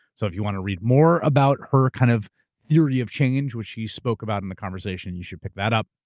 so if you want to read more about her kind of theory of change, which she spoke about in the conversation, you should pick that up.